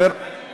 אני